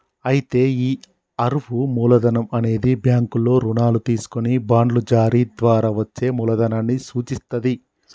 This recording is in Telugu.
అయితే ఈ అరువు మూలధనం అనేది బ్యాంకుల్లో రుణాలు తీసుకొని బాండ్లు జారీ ద్వారా వచ్చే మూలదనాన్ని సూచిత్తది